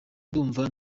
ndumva